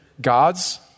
God's